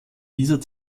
dieser